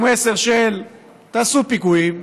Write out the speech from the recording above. הוא מסר של: תעשו פיגועים,